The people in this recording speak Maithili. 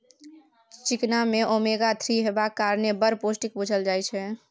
चिकना मे ओमेगा थ्री हेबाक कारणेँ बड़ पौष्टिक बुझल जाइ छै